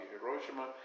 Hiroshima